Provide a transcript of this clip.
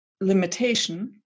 limitation